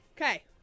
Okay